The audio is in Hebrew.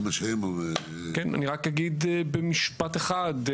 רק אגיד במשפט אחד.